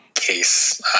case